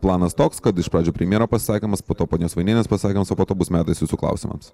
planas toks kad iš pradžių premjero pasisakymas po to ponios vainienės pasakymas o po to bus metas jūsų klausimams